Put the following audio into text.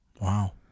wow